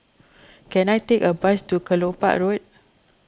can I take a bus to Kelopak Road